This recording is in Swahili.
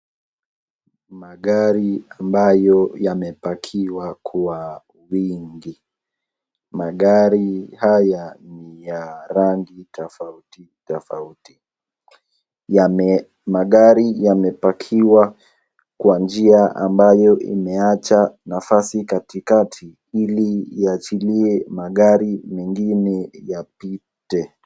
Magari ambayo yame pakiwa kwa wingi. Magari haya ni ya rangi tofauti tofauti. Magari yame pakiwa kwa njia ambayo imeacha nafasi katikati Ili iachilie magari mengine yapiite.